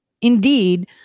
indeed